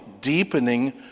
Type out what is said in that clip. deepening